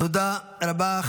תודה רבה.